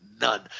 none